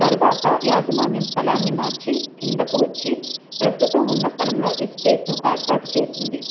తరువాత యాజమాన్యం స్థలాన్ని మార్చి క్రిందకు వచ్చి ప్రస్తుతం ఉన్న స్థలంలో ఎస్టేట్ను ఏర్పాటు చేసింది